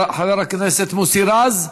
חבר הכנסת מוסי רז,